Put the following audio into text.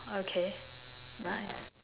okay nice